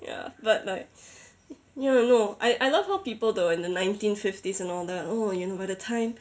ya but like you know no I I love how people though in the nineteen fifties and all that oh you know by the time